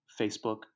Facebook